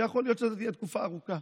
ויכול להיות שזאת תהיה תקופה ארוכה,